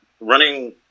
running